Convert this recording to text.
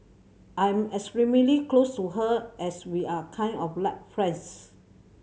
I'm extremely close to her as we are kind of like friends